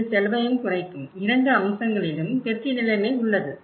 இது செலவையும் குறைக்கும் இரண்டு அம்சங்களிலும் வெற்றி நிலைமை உள்ளது